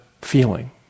feeling